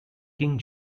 king